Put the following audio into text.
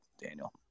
Daniel